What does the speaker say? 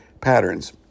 patterns